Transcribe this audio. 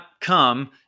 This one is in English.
come